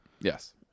Yes